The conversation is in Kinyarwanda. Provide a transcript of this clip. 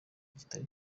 kitari